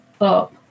up